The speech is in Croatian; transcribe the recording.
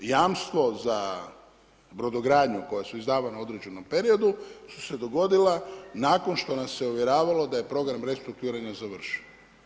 Jamstvo za brodogradnju koja su izdavana u određenom periodu su se dogodila nakon što nas se uvjeravalo da je program restrukturiranja završen.